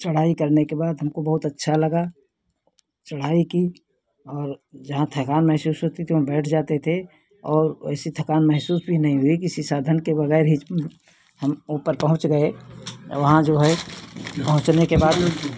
चढ़ाई करने के बाद हमको बहुत अच्छा लगा चढ़ाई की और जहाँ थकान महसूस होती थी वहाँ बैठ जाते थे और ऐसी थकान महसूस भी नहीं हुई किसी साधन के वगैर ही हम ऊपर पहोंच गए वहाँ जो है पहुँचने के बाद में